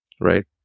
right